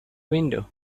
window